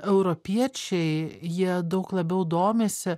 europiečiai jie daug labiau domisi